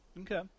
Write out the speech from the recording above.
Okay